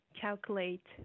calculate